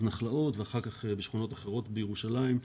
נחלאות ואחר כך בשכונות אחרות בירושלים.